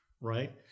right